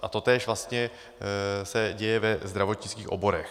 A totéž se vlastně děje ve zdravotnických oborech.